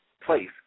place